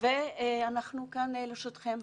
אנחנו כאן לרשותכם.